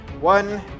One